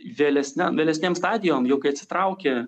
vėlesniam vėlesnėm stadijom jau kai atsitraukė